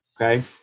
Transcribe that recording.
Okay